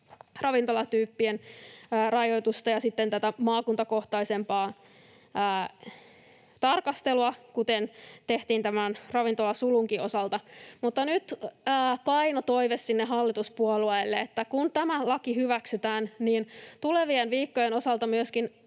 ravintolatyypeittäisiä rajoituksia ja sitten tätä maakuntakohtaisempaa tarkastelua, kuten tehtiin tämän ravintolasulunkin osalta. Mutta nyt kaino toive sinne hallituspuolueille: kun tämä laki hyväksytään, niin tulevien viikkojen osalta